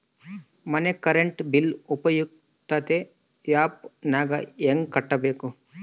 ಮನೆ current bill ಉಪಯುಕ್ತತೆ app ನಾಗ ಹೆಂಗ ಕಟ್ಟಬೇಕು?